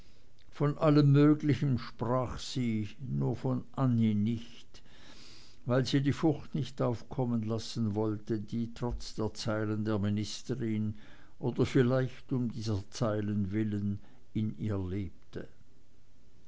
von allem möglichen sprach sie nur von annie nicht weil sie die furcht nicht aufkommen lassen wollte die trotz der zeilen der ministerin oder vielleicht auch um dieser zeilen willen in ihr lebte